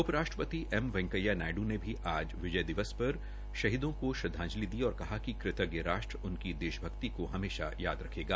उपराष्ट्रपति े एम वैकेंया नायडू ने भी आज विजय दिवस पर शहीदों को श्रद्धांजलि दी और कहा कि कृतज्ञ राष्ट्र उनकी देशभक्ति को हमेशा याद रखेगा